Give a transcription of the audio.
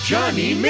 Johnny